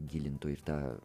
gilintų ir tą